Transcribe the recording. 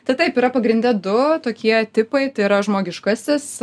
tai taip yra pagrinde du tokie tipai tai yra žmogiškasis